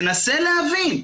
ותנסה להבין.